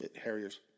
Harriers